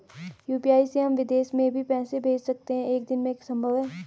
UPI से हम विदेश में भी पैसे भेज सकते हैं एक ही दिन में संभव है?